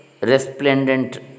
resplendent